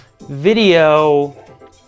video